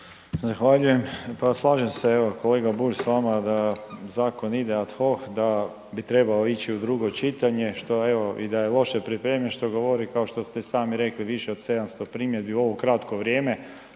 Zahvaljujem, pa slažem se evo kolega Bulj s vama da zakon ide ad hoc, da bi trebao ići u drugo čitanje, što evo i da je loše pripremljen što govori, kao što ste i sami rekli, više od 700 primjedbi u ovo kratko vrijeme,